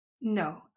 No